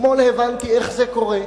אתמול הבנתי איך זה קורה.